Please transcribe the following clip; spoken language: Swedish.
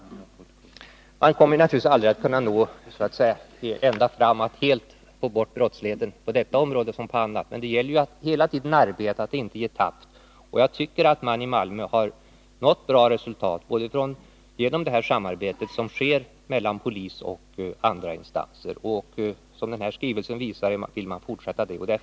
På det här området lika litet som på andra kommer man naturligtvis inte att kunna nå ända fram, dvs. att helt få bort brottsligheten, men det gäller ju att hela tiden arbeta och att inte ge tappt. Jag tycker att polisen i Malmö har nått bra resultat, bl.a. på grund av det samarbete mellan polis och andra instanser som sker. Av den skrivelse som jag citerade framgår att man vill fortsätta det samarbetet.